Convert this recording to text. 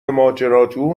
ماجراجو